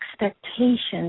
expectations